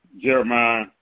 Jeremiah